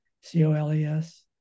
C-O-L-E-S